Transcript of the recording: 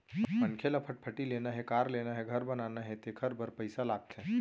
मनखे ल फटफटी लेना हे, कार लेना हे, घर बनाना हे तेखर बर पइसा लागथे